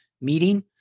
meeting